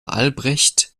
albrecht